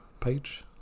page